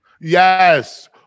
Yes